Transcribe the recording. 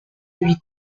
huit